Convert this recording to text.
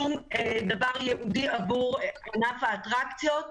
לא התקבל שום דבר ייעודי עבור ענף האטרקציות.